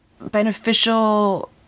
beneficial